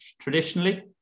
traditionally